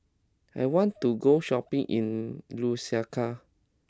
I want to go shopping in Lusaka